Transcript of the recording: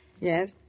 Yes